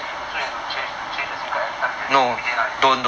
then you still you have to change the sim card everytime you get you everyday lah is it